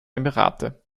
emirate